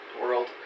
world